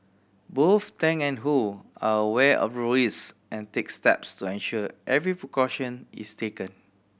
both Tang and Ho are aware of the risk and take steps to ensure every precaution is taken